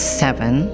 seven